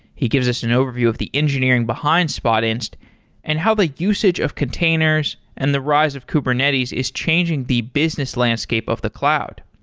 he gives us an overview of the engineering behind spotinst and how the usage of containers and the rise of kubernetes is changing the business landscape of the cloud.